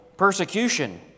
persecution